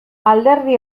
alderdi